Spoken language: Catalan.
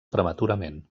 prematurament